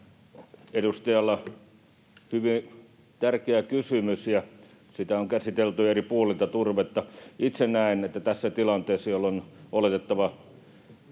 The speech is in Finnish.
Edustajalta hyvin tärkeä kysymys, ja sitä on käsitelty eri puolilta, turvetta. Itse näen, että tässä tilanteessa, jolloin on oletettavaa,